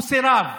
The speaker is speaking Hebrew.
הוא סירב.